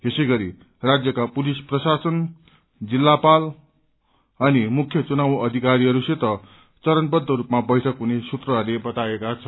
यसैगरी राज्यका पुलिस प्रशासन जिल्तापाल अनि मुख्य चुनाव अधिकारीहरूसित चरणबद्ध रूपमा बैठक हुने सूत्रहरूले बताएका छन्